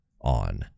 on